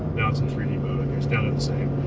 now it's in three d mode and there's doin' it the same.